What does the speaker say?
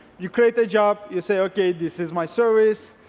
you create a job, you say okay, this is my service,